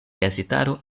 gazetaro